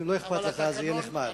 אם לא אכפת לך, זה יהיה נחמד.